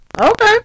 okay